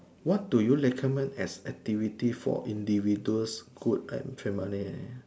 what do you recommend as activity for individuals good and family